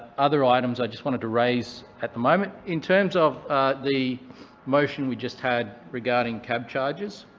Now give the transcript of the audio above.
other items i just wanted to raise at the moment, in terms of the motion we just had regarding cabcharges,